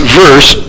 verse